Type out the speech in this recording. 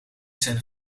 zijn